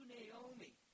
Naomi